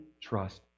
trust